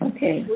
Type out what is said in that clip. Okay